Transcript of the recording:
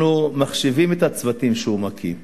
אנחנו מחשיבים את הצוותים שהוא מקים.